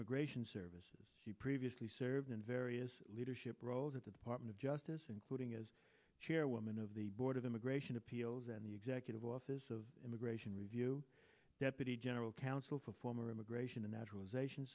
immigration services previously served in very leadership roles at the department of justice including as chairwoman of the board of immigration appeals and the executive office of immigration review deputy general counsel for former immigration and naturalization